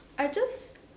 I just